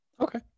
Okay